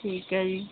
ਠੀਕ ਹੈ ਜੀ